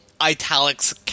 italics